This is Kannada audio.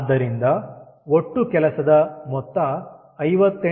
ಆದ್ದರಿಂದ ಒಟ್ಟು ಕೆಲಸದ ಮೊತ್ತ 58